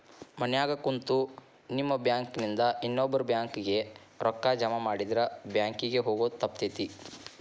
ಮನ್ಯಾಗ ಕುಂತು ನಮ್ ಬ್ಯಾಂಕ್ ನಿಂದಾ ಇನ್ನೊಬ್ಬ್ರ ಬ್ಯಾಂಕ್ ಕಿಗೆ ರೂಕ್ಕಾ ಜಮಾಮಾಡಿದ್ರ ಬ್ಯಾಂಕ್ ಕಿಗೆ ಹೊಗೊದ್ ತಪ್ತೆತಿ